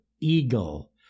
eagle